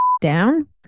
down